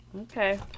Okay